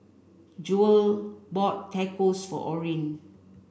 Jewel bought Tacos for Orin